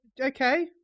okay